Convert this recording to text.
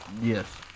Yes